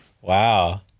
Wow